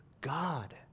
God